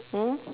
mm